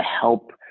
help